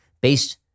based